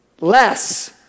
Less